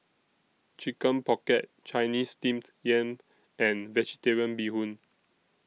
Chicken Pocket Chinese Steamed Yam and Vegetarian Bee Hoon